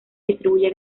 distribuye